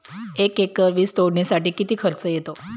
एक एकर ऊस तोडणीसाठी किती खर्च येतो?